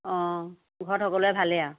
অঁ ঘৰত সকলোৱে ভালেই আৰু